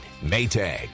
Maytag